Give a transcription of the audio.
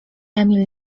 emil